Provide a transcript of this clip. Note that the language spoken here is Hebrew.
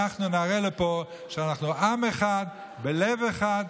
אנחנו נראה לו פה שאנחנו עם אחד בלב אחד,